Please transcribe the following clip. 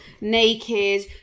naked